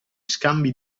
scambi